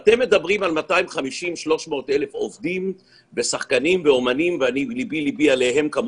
אתם מדברים על 250,000 עובדים ולבי איתם,